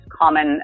common